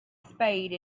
spade